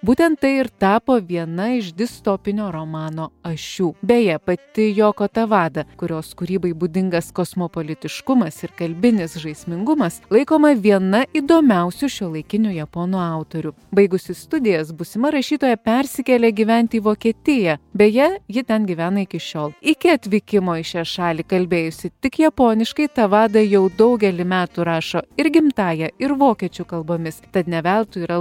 būtent tai ir tapo viena iš distopinio romano ašių beje pati joko tavada kurios kūrybai būdingas kosmopolitiškumas ir kalbinis žaismingumas laikoma viena įdomiausių šiuolaikinių japonų autorių baigusi studijas būsima rašytoja persikėlė gyventi į vokietiją beje ji ten gyvena iki šiol iki atvykimo į šią šalį kalbėjusi tik japoniškai tavada jau daugelį metų rašo ir gimtąja ir vokiečių kalbomis tad ne veltui yra